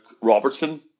Robertson